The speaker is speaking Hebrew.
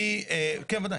ודאי.